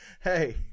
Hey